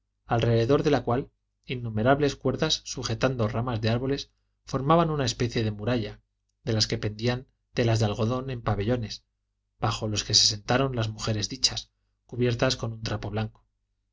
alrededor de la cual innumerables cuerdas sujetando ramas de árboles formaban una especie de muralla de la que pendían telas de algodón en pabellones bajo los que se sentaron las mujeres dichas cubiertas con un trapo blanco